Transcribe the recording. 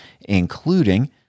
including